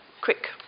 quick